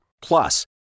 Plus